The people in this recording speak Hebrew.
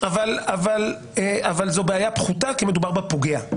אבל זו בעיה פחותה, כי מדובר בפוגע.